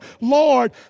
Lord